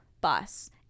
bus